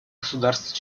государств